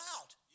out